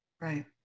Right